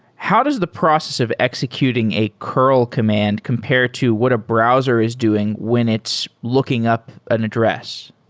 how does the process of executing a curl command compare to what a browser is doing when it's looking up an address?